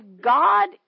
God